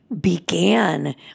began